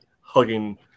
hugging